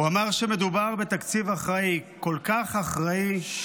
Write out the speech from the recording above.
הוא אמר שמדובר בתקציב אחראי, כל כך אחראי,